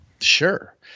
Sure